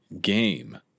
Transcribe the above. game